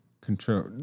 control